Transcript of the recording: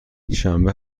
شنبه